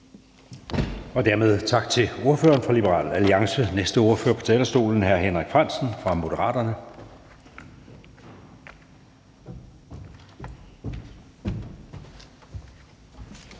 Dermed tak til ordføreren fra Liberal Alliance. Den næste ordfører på talerstolen er hr. Henrik Frandsen fra Moderaterne.